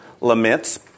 laments